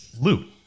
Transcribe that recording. loot